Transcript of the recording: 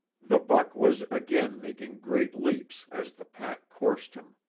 the buck was again making great leaps as the pack coursed him.